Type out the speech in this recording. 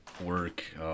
work